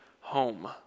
home